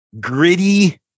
gritty